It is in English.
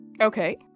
Okay